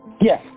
Yes